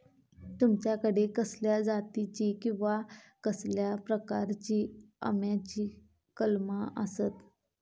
तुमच्याकडे कसल्या जातीची किवा कसल्या प्रकाराची आम्याची कलमा आसत?